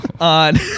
on